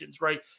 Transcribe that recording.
right